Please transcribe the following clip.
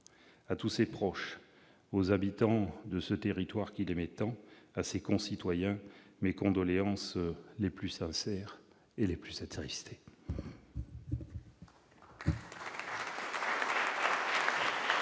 à tous ses proches, aux habitants de ce territoire qu'il aimait tant, à ses concitoyens, mes condoléances les plus sincères, et les plus attristées.